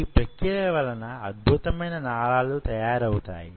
ఈ ప్రక్రియల వలన అద్భుత మైన నాళాలు తయారవు తాయి